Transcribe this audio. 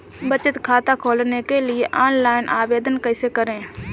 बचत खाता खोलने के लिए ऑनलाइन आवेदन कैसे करें?